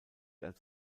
als